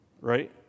right